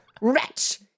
wretch